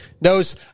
knows